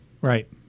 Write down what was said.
Right